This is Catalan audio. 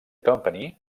company